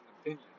opinion